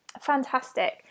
fantastic